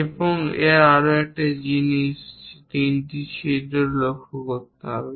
এবং আরও একটি জিনিস তিনটি ছিদ্র লক্ষ্য করতে হবে